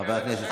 חבר הכנסת סעדה.